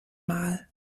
mal